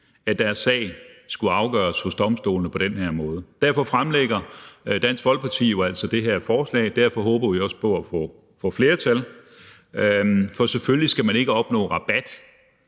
at deres sag skulle blive afgjort hos domstolene på den her måde. Derfor fremsatte Dansk Folkeparti jo det her forslag. Vi håber også på at få flertal for det, for selvfølgelig skal man ikke opnå rabat,